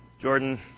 Jordan